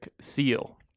seal